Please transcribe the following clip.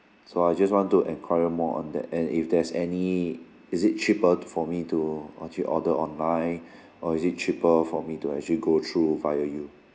so I just want to enquire more on that and if there's any is it cheaper for me to actually order online or is it cheaper for me to actually go through via you